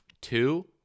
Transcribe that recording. two